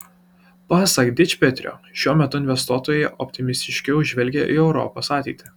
pasak dičpetrio šiuo metu investuotojai optimistiškiau žvelgia į europos ateitį